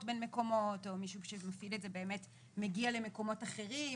בין מקומות או שמי שמפעיל את זה מגיע למקומות אחרים,